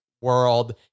world